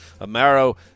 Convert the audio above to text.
Amaro